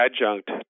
adjunct